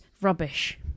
rubbish